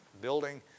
building